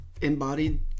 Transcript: embodied